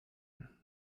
there